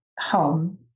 home